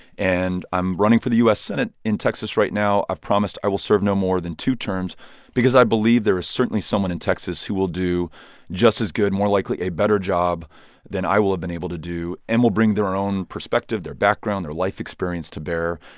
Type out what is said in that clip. and i'm running for the u s. senate in texas right now. i've promised i will serve no more than two terms because i believe there is certainly someone in texas who will do just as good, more likely a better job than i will have been able to do and will bring their own perspective, their background or life experience to bear.